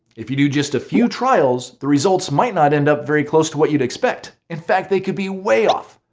if you do just a few trials, trials, the results might not end up very close to what you'd expect. in fact, they could be way off!